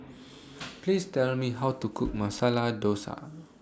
Please Tell Me How to Cook Masala Dosa